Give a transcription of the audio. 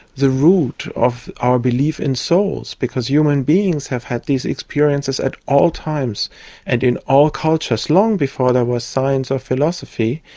the root of our belief in souls because human beings have had these experiences at all times and in all cultures, long before there was science or philosophy,